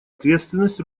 ответственность